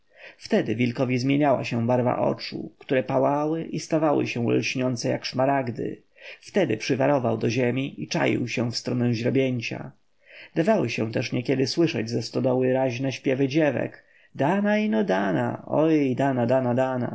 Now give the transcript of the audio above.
wtedy wilkowi zmieniała się barwa oczu które pałały i stawały się lśniące jak szmaragdy wtedy przywarował do ziemi i czaił się w stronę źrebięcia dawały się też niekiedy słyszeć ze stodoły raźne śpiewy dziewek dana ino dana oj dana dana